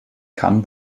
cannes